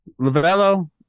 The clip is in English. Lavello